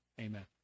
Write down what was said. Amen